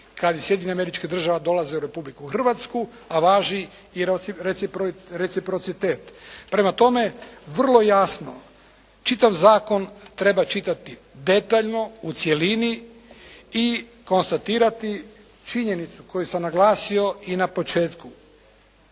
kad iz Sjedinjenih Američkih Država dolaze u Republiku Hrvatsku a važi i reciprocitet. Prema tome, vrlo jasno čitav zakon treba čitati detaljno u cjelini i konstatirati činjenicu koju sam naglasio i na početku.